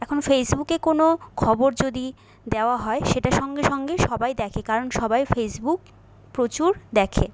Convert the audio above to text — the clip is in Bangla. এখন ফেসবুকে কোনো খবর যদি দেওয়া হয় সেটা সঙ্গে সঙ্গে সবাই দেখে কারণ সবাই ফেসবুক প্রচুর দেখে